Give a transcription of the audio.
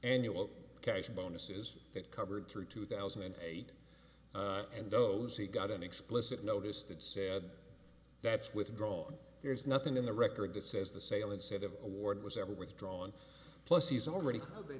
annual cash bonuses that covered through two thousand and eight and those he got an explicit notice that said that's withdrawn there's nothing in the record that says the sale instead of award was ever withdrawn plus he's already they